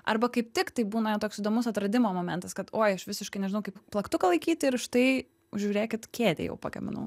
arba kaip tik tai būna jų toks įdomus atradimo momentas kad oi aš visiškai nežinau kaip plaktuką laikyt ir štai žiūrėkit kėdę jau pagaminau